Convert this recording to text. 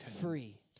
Free